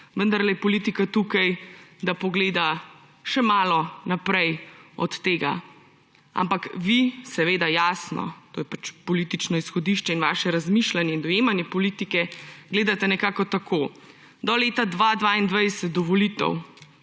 vendarle je politika tukaj, da pogleda še malo naprej od tega. Ampak vi, seveda jasno, to je pač politično izhodišče in vaše razmišljanje in dojemanje politike, gledate nekako tako: do leta 2022, do volitev,